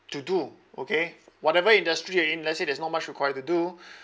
to do okay whatever industry and let's say there's not much required to do